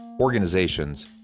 organizations